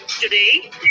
Today